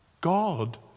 God